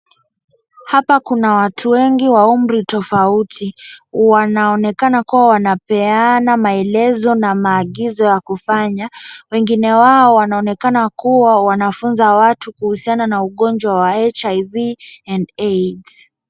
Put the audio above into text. Hapa kuna watu wengi wa umri tofauti wanaonekana kuwa wanapeana maelezo na maagizo ya kufanya. Wengine wao wanaonekana kuwa wanafunza watu kuhusiana na ugojwa wa HIV and AIDS .